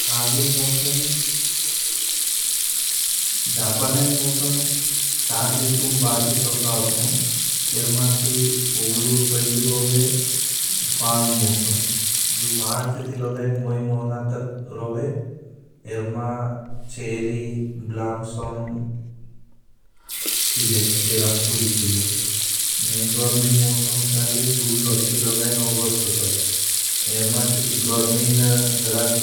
फागुन मौसम, जापनेन मौसम चार रितुम बाटी सका अपनों, तेरमा ते पहलू रोवे फाग मौसम। जू मार्च ती लगाएन मैं मौना तक रोवे, एरमा चेरी, ब्लामसम खिले, तेरा फूल खिले। गर्मीन मौसम चाले, जू मार्च ती लगाएन अगौस्त तक। एरमा चेरी गर्मीन जराख